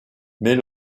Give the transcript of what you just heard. mais